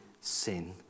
sin